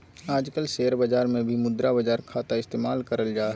आजकल शेयर बाजार मे भी मुद्रा बाजार खाता इस्तेमाल करल जा हय